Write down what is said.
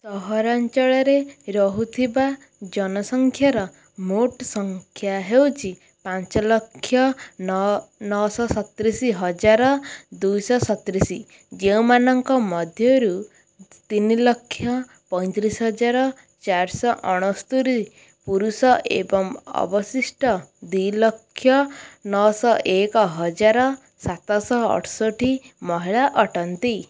ସହରାଞ୍ଚଳରେ ରହୁଥିବା ଜନସଂଖ୍ୟାର ମୋଟ ସଂଖ୍ୟା ହେଉଛି ପାଞ୍ଚ ଲକ୍ଷ ନଅ ସଇଁତିରିଶି ହଜାର ଦୁଇଶହ ସଇଁତିରିଶି ଯେଉଁମାନଙ୍କ ମଧ୍ୟରୁ ତିନିଲକ୍ଷ ପଇଁତିରିଶି ହଜାର ଚାରିଶହ ଅଣସ୍ତୁରୀ ପୁରୁଷ ଏବଂ ଅବଶିଷ୍ଟ ଦୁଇ ଲକ୍ଷ ନଅଶହ ଏକ ଦୁଇହଜାର ସାତଶହ ଅଠଷଠି ମହିଳା ଅଟନ୍ତି